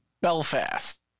Belfast